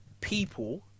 people